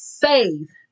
faith